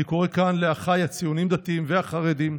אני קורא כאן לאחיי הציונים הדתיים והחרדים: